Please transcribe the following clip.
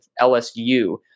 LSU